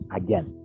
again